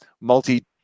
multi